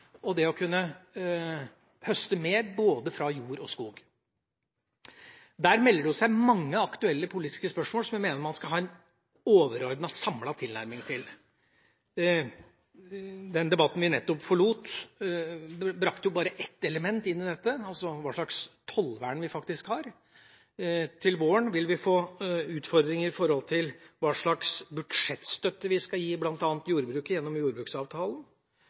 og å kunne høste mer fra både jord og skog. Der melder det seg mange aktuelle politiske spørsmål som jeg mener man skal ha en overordnet samlet tilnærming til. Den debatten vi nettopp forlot, brakte bare ett element inn i dette: altså hva slags tollvern vi har. Til våren vil vi få utfordringer når det gjelder hva slags budsjettstøtte vi skal gi bl.a. til jordbruket gjennom jordbruksavtalen,